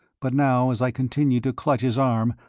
but now as i continued to clutch his arm,